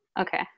okay